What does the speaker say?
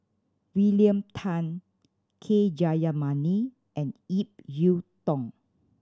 William Tan K Jayamani and Ip Yiu Tung